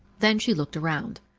then she looked around.